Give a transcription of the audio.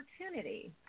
Opportunity